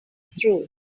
through